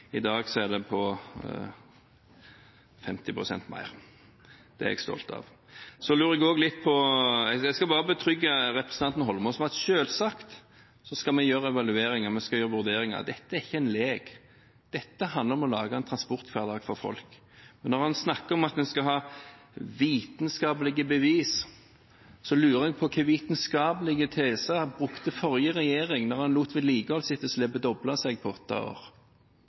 I dag er det på 50 pst. mer. Det er jeg stolt av. Jeg skal bare betrygge representanten Holmås med at vi selvsagt skal ha evalueringer, vi skal foreta vurderinger. Dette er ikke en lek. Dette handler om å lage en transporthverdag for folk. Når han snakker om at en skal ha vitenskapelige bevis, så lurer jeg på hvilken vitenskapelig tese forrige regjering brukte, når de lot vedlikeholdsetterslepet doble seg på åtte år.